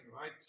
right